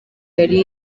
yari